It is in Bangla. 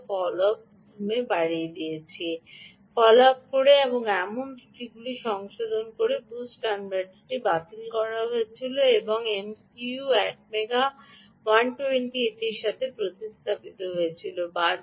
মাইকা ফলোআপ করে এমন অনেক ত্রুটিগুলি সংশোধন করে বুস্ট কনভার্টারটি বাতিল করা হয়েছিল এবং এমসিইউ এটিএমগা 128 এর সাথে প্রতিস্থাপিত হয়েছিল